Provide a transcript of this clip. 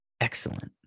Excellent